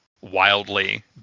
wildly